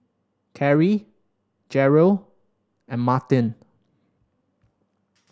Karie Jerrel and Martin